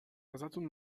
ازتون